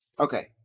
Okay